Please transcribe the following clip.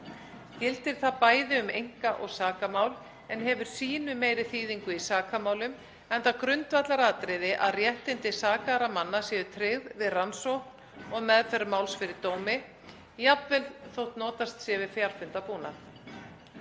Gildir það bæði um einka- og sakamál, en hefur sýnu meiri þýðingu í sakamálum, enda grundvallaratriði að réttindi sakaðra manna séu tryggð við rannsókn og meðferð máls fyrir dómi, jafnvel þótt notast sé við fjarfundarbúnað.